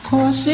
Cause